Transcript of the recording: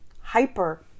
hyper